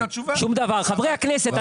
חברי הכנסת,